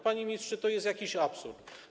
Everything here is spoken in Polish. Panie ministrze, to jest jakiś absurd.